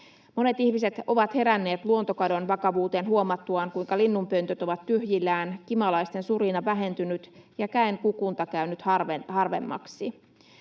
Monet ihmiset ovat heränneet luontokadon vakavuuteen huomattuaan, kuinka linnunpöntöt ovat tyhjillään, kimalaisten surina vähentynyt ja käen kukunta käynyt harvemmaksi.